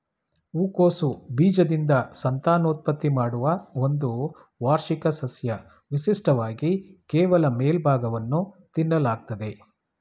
ಹೂಕೋಸು ಬೀಜದಿಂದ ಸಂತಾನೋತ್ಪತ್ತಿ ಮಾಡುವ ಒಂದು ವಾರ್ಷಿಕ ಸಸ್ಯ ವಿಶಿಷ್ಟವಾಗಿ ಕೇವಲ ಮೇಲ್ಭಾಗವನ್ನು ತಿನ್ನಲಾಗ್ತದೆ